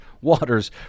waters